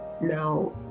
now